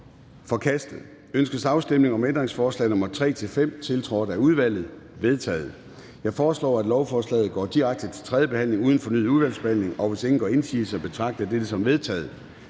Ønskes afstemning om ændringsforslag nr. 3-5, tiltrådt af udvalget? De er vedtaget. Jeg foreslår, at lovforslaget går direkte til tredje behandling uden fornyet udvalgsbehandling. Hvis ingen gør indsigelse, betragter jeg dette som vedtaget.